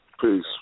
Peace